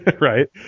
right